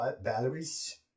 batteries